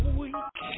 weak